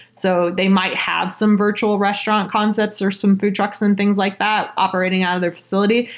so they might have some virtual restaurant concepts or some food trucks and things like that operating out of their facility.